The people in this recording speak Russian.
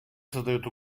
создает